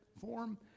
form